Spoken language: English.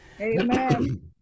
Amen